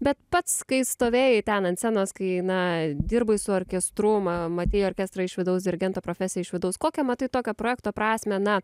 bet pats kai stovėjai ten ant scenos kai na dirbai su orkestru ma matei orkestrą iš vidaus dirigento profesiją iš vidaus kokią matai tokio projekto prasmę na